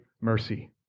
mercy